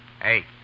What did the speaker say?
Hey